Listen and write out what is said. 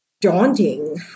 daunting